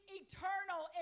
eternal